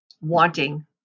wanting